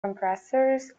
compressors